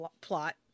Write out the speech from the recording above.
plot